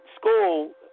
school